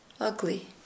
ugly